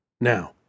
Now